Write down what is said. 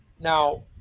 Now